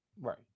Right